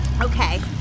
Okay